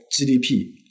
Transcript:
GDP